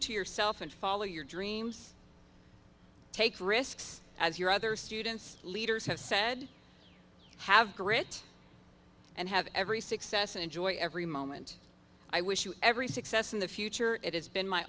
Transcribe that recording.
to yourself and follow your dreams take risks as your other students leaders have said have grit and have every success and enjoy every moment i wish you every success in the future it has been my